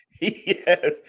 Yes